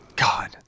God